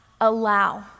allow